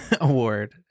award